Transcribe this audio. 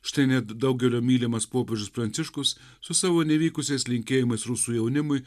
štai net daugelio mylimas popiežius pranciškus su savo nevykusiais linkėjimais rusų jaunimui